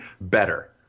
better